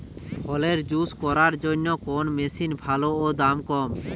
ফলের জুস করার জন্য কোন মেশিন ভালো ও দাম কম?